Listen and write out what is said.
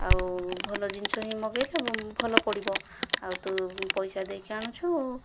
ଆଉ ଭଲ ଜିନିଷ ହିଁ ମଗାଇଲେ ଭଲ ପଡ଼ିବ ଆଉ ତୁ ପଇସା ଦେଇକି ଆଣୁଛୁ